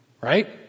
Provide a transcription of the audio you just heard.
right